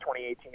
2018